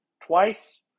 twice